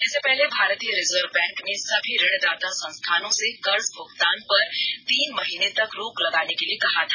इससे पहले भारतीय रिजर्व बैंक ने सभी ऋणदाता संस्थानों से कर्ज भुगतान पर तीन महीने तक रोक लगाने के लिए कहा था